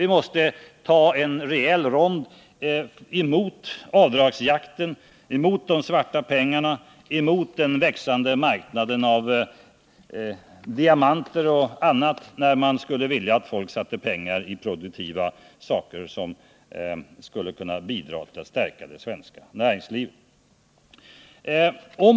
Vi måste ta en rejäl rond mot avdragsjakten, mot de svarta pengarna och mot den växande spekulationen i diamanter och annat. Det gäller i stället att få folk att satsa pengar i produktiva saker, som bidrar till att stärka det svenska näringslivet.